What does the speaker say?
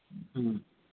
ᱦᱩᱸ